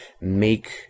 make